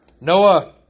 Noah